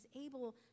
able